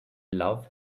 love